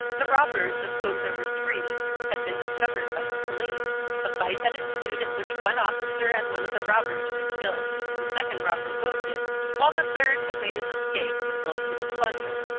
the robbers, of whom there were three, had been discovered by the police. a fight had ensued in which one officer and one of the robbers were killed, the second robber wounded, while the third had made his escape with most of the plunder.